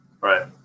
right